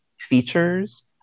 Features